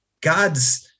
God's